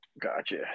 Gotcha